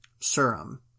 serum